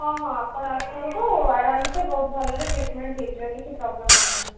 ହଁ ହଁ ଆପଣ ଆସନ୍ତୁ ଆରାମସେ ବହୁତ ଭଲରେ ଟ୍ରିଟ୍ମେଣ୍ଟ୍ ହୋଇଯିବ କିଛି ପ୍ରୋବ୍ଲେମ୍ ହେବନି